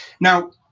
Now